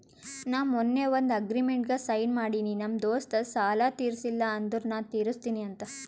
ನಾ ಮೊನ್ನೆ ಒಂದ್ ಅಗ್ರಿಮೆಂಟ್ಗ್ ಸೈನ್ ಮಾಡಿನಿ ನಮ್ ದೋಸ್ತ ಸಾಲಾ ತೀರ್ಸಿಲ್ಲ ಅಂದುರ್ ನಾ ತಿರುಸ್ತಿನಿ ಅಂತ್